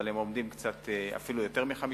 אבל הם עומדים אפילו על קצת יותר מ-5%.